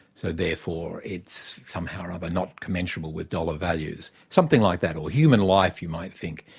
so therefore it's somehow or other not commensurable with dollar values. something like that, or human life, you might think,